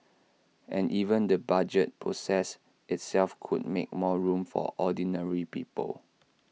and even the budget process itself could make more room for ordinary people